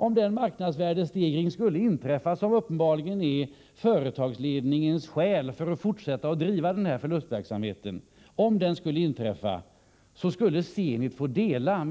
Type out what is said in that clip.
Om den marknadsvärdestegring skulle inträffa som uppenbarligen är företagsledningens skäl att fortsätta att driva den här förlustverksamheten, skulle Zenit alltså få dela